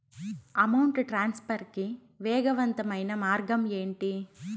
amount transfer కి వేగవంతమైన మార్గం ఏంటి